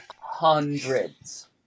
hundreds